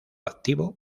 activo